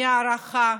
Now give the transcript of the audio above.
מהערכה,